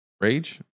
Rage